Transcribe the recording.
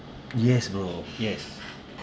yes bro yes